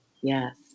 Yes